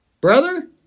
Brother